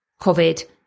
COVID